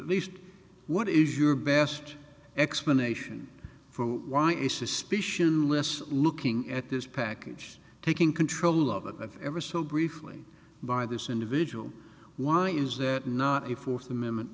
what is your best explanation for why a suspicion less looking at this package taking control of ever so briefly by this individual why is that not a fourth amendment